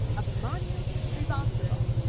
upmanya shrivastava,